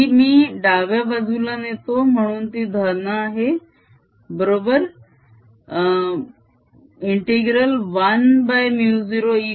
आणि ही मी डाव्या बाजूला नेतो म्हणून ती धन आहे बरोबर ∫1μ0 ExB